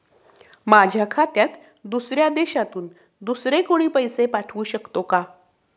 माझ्या खात्यात दुसऱ्या देशातून दुसरे कोणी पैसे पाठवू शकतो का?